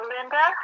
Linda